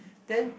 then